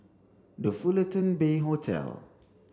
the Fullerton Bay Hotel